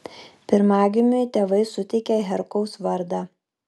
pirmagimiui tėvai suteikė herkaus vardą